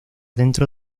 dentro